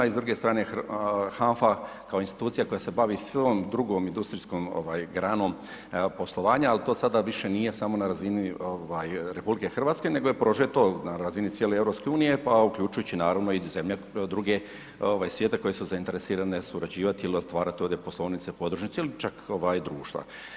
I s druge strane HANFA kao institucija koja se bavi svom drugom industrijskom granom poslovanja ali to sada više nije samo na razini RH nego je prožeto na razini cijele EU pa uključujući naravno i zemlje druge svijeta koje su zainteresirane surađivati ili otvarati ovdje poslovnice, podružnice ili čak društva.